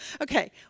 Okay